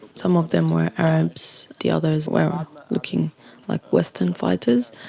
some of them were arabs, the others were looking like western fighters.